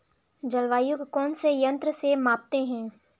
जलवायु को कौन से यंत्र से मापते हैं?